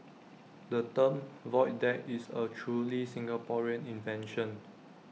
the term void deck is A truly Singaporean invention